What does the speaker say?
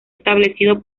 establecido